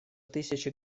тысячи